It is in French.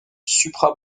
supra